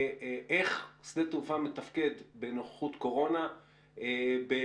לאיך שדה תעופה מתפקד בנוכחות קורונה במדיניות